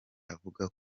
avuga